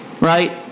Right